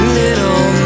little